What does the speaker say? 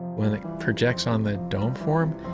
when it projects on that dome-form,